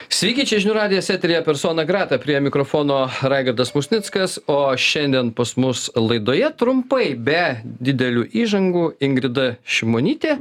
sveiki čia žinių radijas eteryje persona grata prie mikrofono raigardas musnickas o šiandien pas mus laidoje trumpai be didelių įžangų ingrida šimonytė